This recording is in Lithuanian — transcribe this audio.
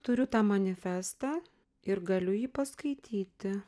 turiu tą manifestą ir galiu jį paskaityti